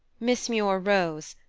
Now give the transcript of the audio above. miss muir rose,